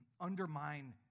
undermine